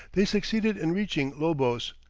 they succeeded in reaching lobos,